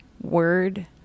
word